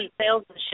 salesmanship